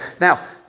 Now